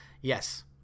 Yes